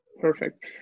Perfect